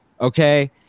Okay